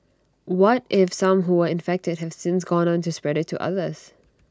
what if some who were infected have since gone on to spread IT to others